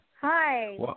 Hi